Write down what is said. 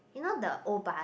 you know the old bus